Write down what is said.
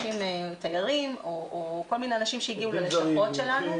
תיירים או כל מיני אנשים שהגיעו ללשכות שלנו,